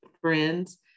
friends